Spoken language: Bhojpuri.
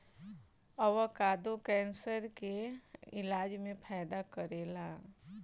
अवाकादो कैंसर के इलाज में फायदा करेला